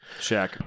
Shaq